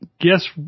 guess